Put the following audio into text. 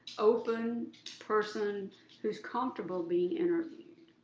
open person who's comfortable be interviewed.